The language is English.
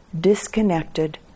disconnected